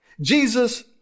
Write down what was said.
Jesus